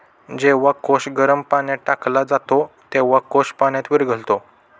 जेव्हा कोश गरम पाण्यात टाकला जातो, तेव्हा कोश पाण्यात विरघळतो